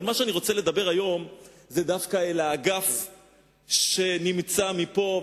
אבל אני רוצה לדבר היום דווקא אל האגף שנמצא פה,